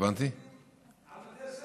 הכותרת